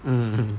hmm hmm